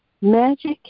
Magic